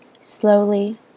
slowly